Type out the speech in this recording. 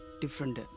different